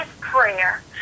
prayer